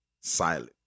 silent